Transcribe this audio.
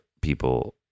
people